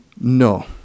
No